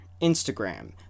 Instagram